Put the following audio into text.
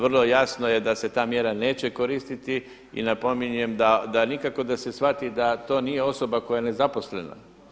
Vrlo jasno je da se ta mjera neće koristiti i napominjem da nikako da se shvati da to nije osoba koja je nezaposlena.